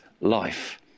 life